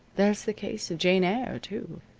there's the case of jane eyre, too.